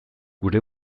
gure